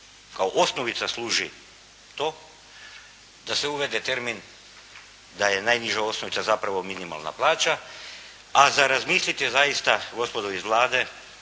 kao osnovica služi za to da se uvede termin da je najniža osnovica zapravo minimalna plaća, a za razmisliti je zaista gospodo iz Vlade